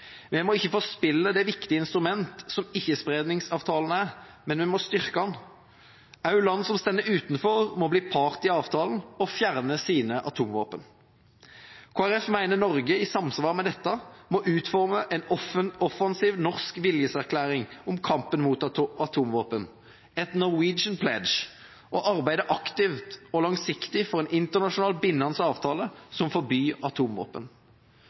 Vi må ikke forspille det viktige instrument som ikkespredningsavtalen er, vi må styrke den. Også land som står utenfor, må bli part i avtalen og fjerne sine atomvåpen. Kristelig Folkeparti mener Norge i samsvar med dette må utforme en offensiv norsk viljeserklæring om kampen mot atomvåpen – et «Norwegian Pledge» – og arbeide aktivt og langsiktig for en internasjonal, bindende avtale som forbyr atomvåpen.